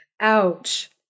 ouch